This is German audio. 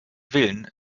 willen